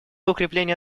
укрепления